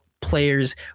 players